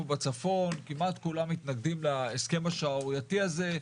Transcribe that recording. בצפון כמעט כולם מתנגדים להסכם השערורייתי הזה,